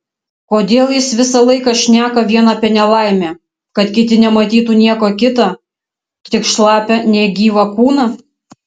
kodėl jis visą laiką šneka vien apie nelaimę kad kiti nematytų nieko kita tik šlapią negyvą kūną